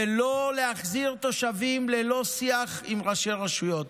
ולא להחזיר תושבים ללא שיח עם ראשי רשויות.